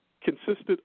consisted